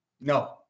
No